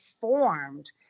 formed